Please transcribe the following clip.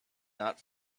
not